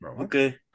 Okay